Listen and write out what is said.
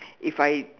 if I